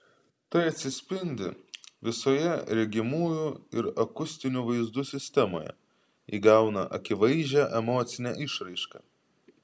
tai atsispindi visoje regimųjų ir akustinių vaizdų sistemoje įgauna akivaizdžią emocinę išraišką